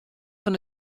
fan